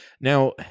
Now